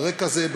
על רקע זה,